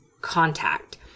contact